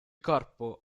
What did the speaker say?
corpo